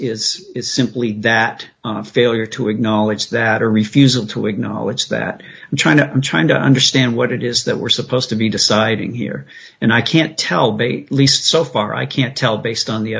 this is simply that failure to acknowledge that a refusal to acknowledge that and trying to trying to understand what it is that we're supposed to be deciding here and i can't tell the least so far i can't tell based on the